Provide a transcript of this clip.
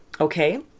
okay